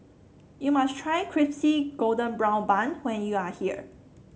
you must try Crispy Golden Brown Bun when you are here